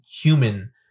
human